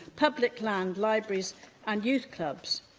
public land, libraries and youth clubs.